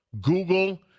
Google